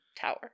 tower